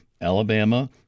Alabama